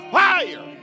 fire